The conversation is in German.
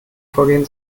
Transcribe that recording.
vorgehen